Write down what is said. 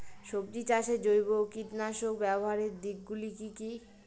সবজি চাষে জৈব কীটনাশক ব্যাবহারের দিক গুলি কি কী?